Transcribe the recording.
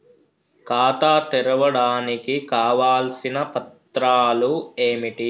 ఖాతా తెరవడానికి కావలసిన పత్రాలు ఏమిటి?